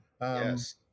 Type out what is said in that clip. Yes